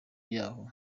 yaho